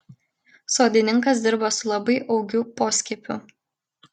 sodininkas dirba su labai augiu poskiepiu